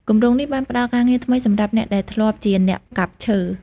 គម្រោងនេះបានផ្តល់ការងារថ្មីសម្រាប់អ្នកដែលធ្លាប់ជាអ្នកកាប់ឈើ។